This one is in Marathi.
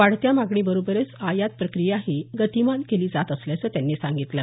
वाढत्या मागणीबरोबरच आयात प्रक्रियाही गतीमान केली जात असल्याचं त्यांनी सांगितलं